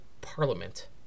parliament